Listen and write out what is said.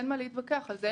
אין מה להתווכח על זה.